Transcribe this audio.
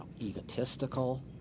egotistical